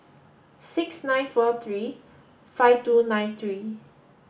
six nine four three five two nine three